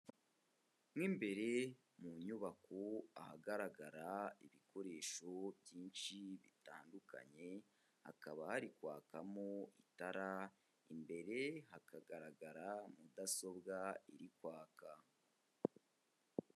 Mo imbere mu nyubako ahagaragara ibikoresho byinshi bitandukanye, hakaba hari kwakamo itara, imbere hakagaragara Mudasobwa iri kwaka.